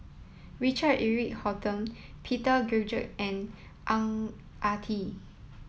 Richard Eric Holttum Peter Gilchrist and Ang Ah Tee